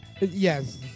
Yes